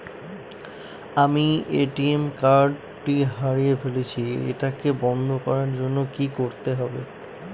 আমি ATM card টি হারিয়ে ফেলেছি এটাকে বন্ধ করার জন্য কি করতে হবে?